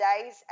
days